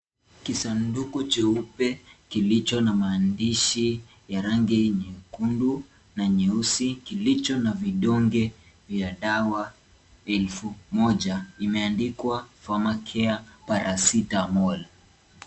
Kisanduku cheupe kilicho na maandishi ya rangi nyekundu na nyeusi kilicho na vidonge vya dawa elfu moja imeandikwa Pharmacare Paracetamol.